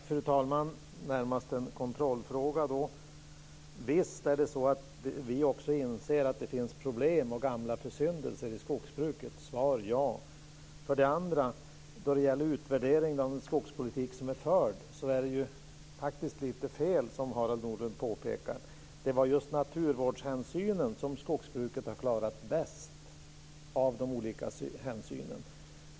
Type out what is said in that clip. Fru talman! Det var närmast en kontrollfråga. Visst inser också vi att det finns problem och gamla försyndelser i skogsbruket - svar ja. Då det gäller utvärdering av den skogspolitik som har förts är det som Harald Nordlund påpekar lite fel. Det var just naturvårdshänsynen som skogsbruket klarade bäst av de olika hänsynen.